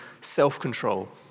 self-control